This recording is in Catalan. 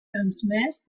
transmès